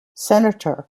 senator